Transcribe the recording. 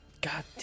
God